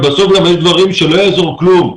יש דברים שלא יעזור כלום,